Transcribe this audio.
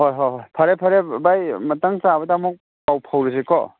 ꯍꯣꯏ ꯍꯣꯏ ꯐꯔꯦ ꯐꯔꯦ ꯚꯥꯏ ꯃꯇꯥꯡ ꯆꯥꯕꯗ ꯑꯃꯨꯛ ꯄꯥꯎ ꯐꯥꯎꯁꯤꯀꯣ